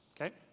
okay